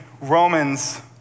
Romans